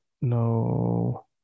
no